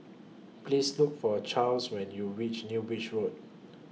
Please Look For Charles when YOU REACH New Bridge Road